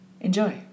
Enjoy